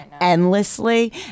endlessly